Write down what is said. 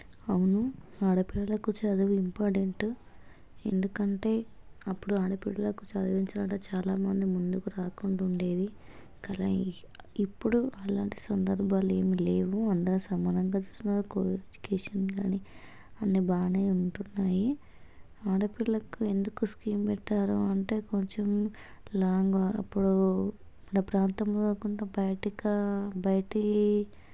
అవును ఆడపిల్లలకు చదువు ఇంపార్టెంటు ఎందుకంటే అప్పుడు ఆడపిల్లకు చదివించాలంటే చాలామంది ముందుకు రాకుండా ఉండేవి కదా ఇప్పుడు అలాంటి సందర్భాలు ఏం లేవు అందరూ సమానంగా చూస్తున్నారు కో ఎడ్యుకేషన్లని అన్ని బాగానే ఉంటున్నాయి ఆడపిల్లకు ఎందుకు స్కీమ్ పెట్టారు అంటే కొంచెం లాంగ్ అప్పుడు మన ప్రాంతంలో కొంత బయటిక బయటి